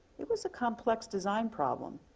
it was a complex design problem.